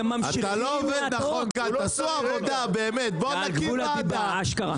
זה על גבול הדיבה, אשכרה.